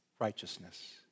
righteousness